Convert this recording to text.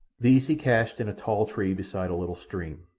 these he cached in a tall tree beside a little stream,